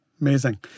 amazing